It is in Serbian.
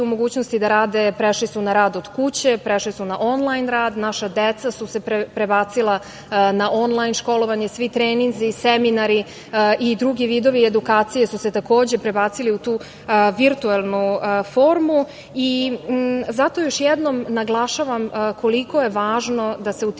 u mogućnosti da rade, prešli su na rad od kuće, prešli su na onlajn rad, naša deca su se prebacila na onlajn školovanje, svi treninzi, seminari i drugi vidovi edukacije su se takođe prebacili u tu virtuelnu formu. Zato još jednom naglašavam koliko je važno da se u